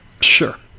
Sure